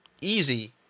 easy